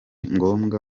ngombwa